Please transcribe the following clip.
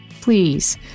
please